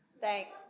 Thanks